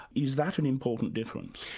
is that an important difference?